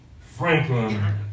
Franklin